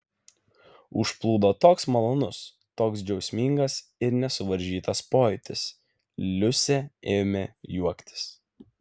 užplūdo toks malonus toks džiaugsmingas ir nesuvaržytas pojūtis liusė ėmė juoktis